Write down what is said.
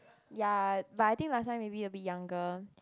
ya but I think last time maybe a bit younger